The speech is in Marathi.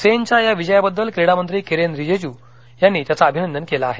सेनच्या या विजयाबद्दलक्रीडामंत्री किरेन रिजीजू यांनी त्याचं अभिनंदन केलं आहे